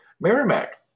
Merrimack